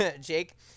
Jake